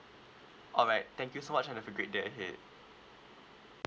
alright thank you so much and have a great day ahead